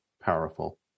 powerful